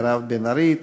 מירב בן ארי,